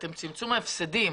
הם צמצום ההפסדים.